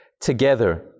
together